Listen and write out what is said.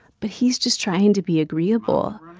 but he's just trying to be agreeable.